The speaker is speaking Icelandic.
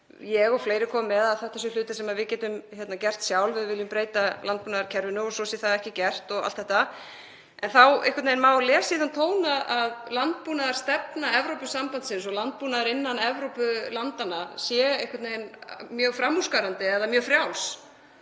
ég og fleiri komi með, að þetta séu hlutir sem við getum gert sjálf, að við viljum breyta landbúnaðarkerfinu og svo sé það ekki gert og allt þetta. En þá má einhvern veginn lesa út úr því þann tón að landbúnaðarstefna Evrópusambandsins og landbúnaður innan Evrópulandanna sé mjög framúrskarandi eða mjög frjáls,